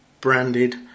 branded